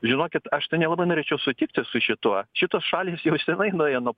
žinokit aš tai nelabai norėčiau sutikti su šituo šitos šalys jau senai nuėjo nuo